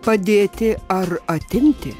padėti ar atimti